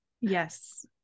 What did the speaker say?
Yes